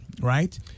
Right